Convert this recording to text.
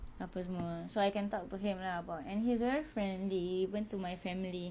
apa semua so I can talk to him lah about and he's very friendly even to my family